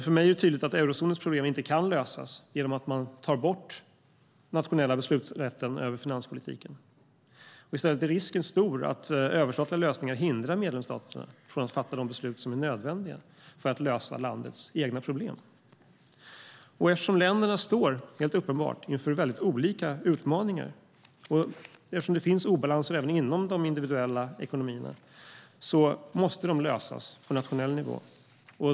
För mig är det tydligt att eurozonens problem inte kan lösas genom att man tar bort den nationella beslutanderätten över finanspolitiken. I stället är risken stor att överstatliga lösningar hindrar medlemsstaterna från att fatta de beslut som är nödvändiga för att lösa landets egna problem. Eftersom länderna helt uppenbart står inför väldigt olika utmaningar och eftersom det finns obalanser i de individuella ekonomierna måste de lösas på nationell nivå.